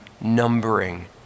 numbering